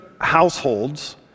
households